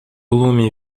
lume